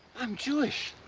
am jewish.